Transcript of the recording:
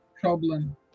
problem